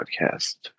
Podcast